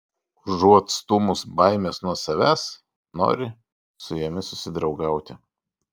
užuot stūmus baimes nuo savęs nori su jomis susidraugauti